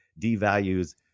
devalues